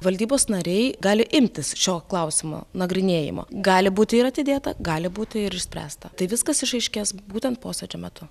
valdybos nariai gali imtis šio klausimo nagrinėjimo gali būti ir atidėta gali būti ir išspręsta tai viskas išaiškės būtent posėdžio metu